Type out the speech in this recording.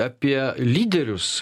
apie lyderius